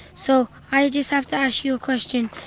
so i just have to ask you a question,